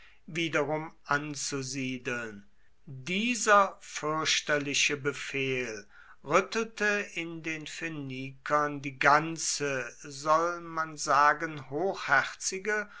wiederum anzusiedeln dieser fürchterliche befehl rüttelte in den phönikern die ganze soll man sagen hochherzige